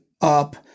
up